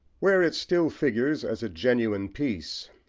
where it still figures as a genuine piece,